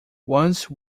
once